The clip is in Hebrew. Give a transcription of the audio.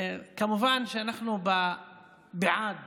כמובן שאנחנו בעד